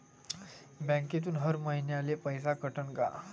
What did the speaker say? बँकेतून हर महिन्याले पैसा कटन का?